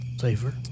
safer